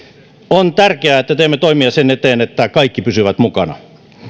on tärkeää että teemme toimia sen eteen että kaikki pysyvät mukana